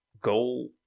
goal